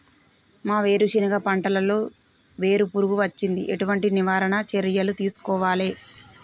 మా వేరుశెనగ పంటలలో వేరు పురుగు వచ్చింది? ఎటువంటి నివారణ చర్యలు తీసుకోవాలే?